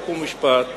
חוק ומשפט,